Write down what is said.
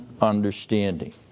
understanding